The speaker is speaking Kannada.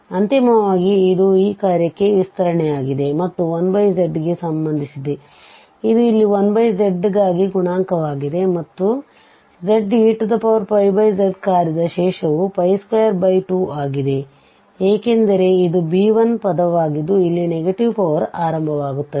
ಆದ್ದರಿಂದ ಅಂತಿಮವಾಗಿ ಇದು ಈ ಕಾರ್ಯಕ್ಕೆ ವಿಸ್ತರಣೆಯಾಗಿದೆ ಮತ್ತು 1z ಗೆ ಸಂಬಂಧಿಸಿದೆ ಇದು ಇಲ್ಲಿ 1z ಗಾಗಿ ಗುಣಾಂಕವಾಗಿದೆ ಮತ್ತು ಆದ್ದರಿಂದ zez ಕಾರ್ಯದ ಶೇಷವು 22 ಆಗಿದೆ ಏಕೆಂದರೆ ಇದು b1 ಪದವಾಗಿದ್ದು ಇಲ್ಲಿ ನೆಗೆಟಿವ್ ಪವರ್ ಆರಂಭವಾಗುತ್ತದೆ